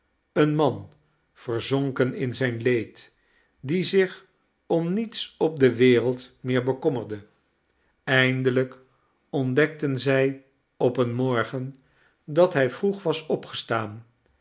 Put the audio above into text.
een man verzonken in zijn leed die zich om niets op de wereld meer bekommerde eindelijk ontdekten zij op een morgen dat hij vroeg was opgestaan